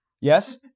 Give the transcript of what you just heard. Yes